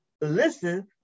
listen